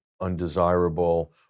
undesirable